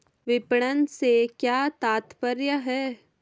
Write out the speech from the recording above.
विपणन से क्या तात्पर्य है?